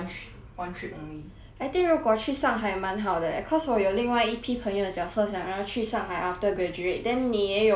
I think 如果去上海蛮好的 eh cause 我有另外一批朋友讲说想要去上海 after graduate then 你也有朋友讲说要去上海